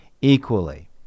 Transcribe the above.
equally